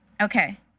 Okay